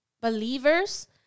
believers